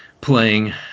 playing